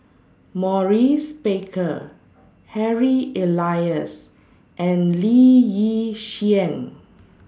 Maurice Baker Harry Elias and Lee Yi Shyan